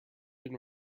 been